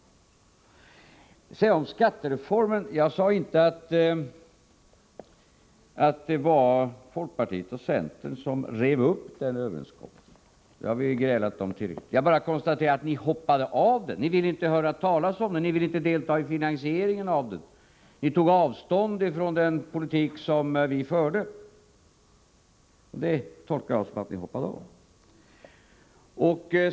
Beträffande skattereformen vill jag framhålla att jag inte sade att folkpartiet och centern rev upp överenskommelsen. Det har vi grälat om tidigare. Jag konstaterade bara att ni hoppade av, ni ville inte höra talas om den och ni ville inte delta i finansieringen. Ni tog avstånd från den politik som vi förde, och det tolkade jag som att ni hoppat av.